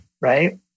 right